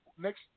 Next